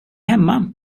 hemma